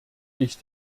ich